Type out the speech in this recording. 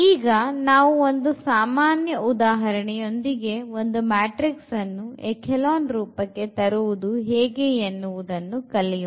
ಈಗ ನಾವು ಒಂದು ಸಾಮಾನ್ಯ ಉದಾಹರಣೆಯೊಂದಿಗೆ ಒಂದು ಮ್ಯಾಟ್ರಿಕ್ಸ್ ಅನ್ನು ಎಖೇಲಾನ್ ರೂಪಕ್ಕೆ ತರುವುದು ಹೇಗೆ ಎನ್ನುವುದನ್ನು ಕಲಿಯೋಣ